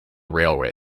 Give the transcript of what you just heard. railway